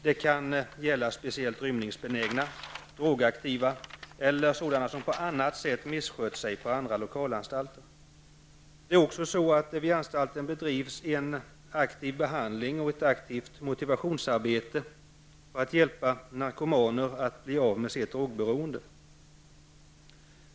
Det kan gälla speciellt rymningsbenägna, drogaktiva eller interner som på annat sätt missköter sig på andra lokalanstalter. I Karlskronaanstalten bedrivs också en aktiv behandling och ett aktivt motivationsarbete för att hjälpa narkomaner att bli av med sitt drogberoende.